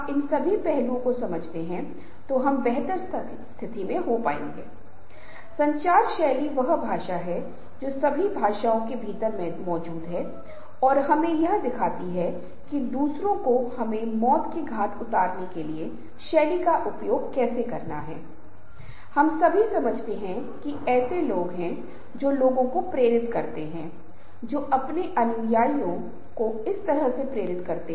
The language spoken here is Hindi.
इसलिए विभिन्न प्रकार के समूह विभिन्न उद्देश्यों के लिए बनाए जाते हैं लेकिन कई संचार विशेषज्ञ विशेष रूप से जानबूझकर और उद्देश्यपूर्ण अनुनय पर ध्यान केंद्रित करते हैं विशेषकर उन समूहों में जो औपचारिक निर्णय लेते हैं एक उद्देश्य होना चाहिए समूह क्यों बनते हैं